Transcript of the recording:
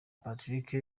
patrick